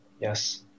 Yes